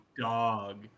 dog